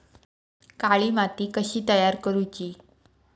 काळी माती कशी तयार करूची?